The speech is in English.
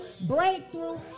Breakthrough